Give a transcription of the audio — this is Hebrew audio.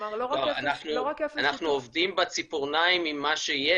כלומר אנחנו עובדים בציפורניים עם מה שיש,